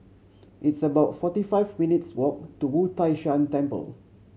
it's about forty five minutes' walk to Wu Tai Shan Temple